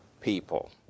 people